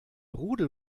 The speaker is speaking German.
rudel